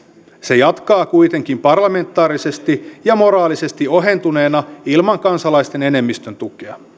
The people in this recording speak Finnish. se jatkaa kuitenkin parlamentaarisesti ja moraalisesti ohentuneena ilman kansalaisten enemmistön tukea